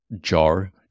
Jar